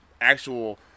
actual